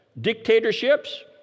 Dictatorships